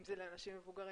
אם זה לאנשים מבוגרים.